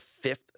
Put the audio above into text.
fifth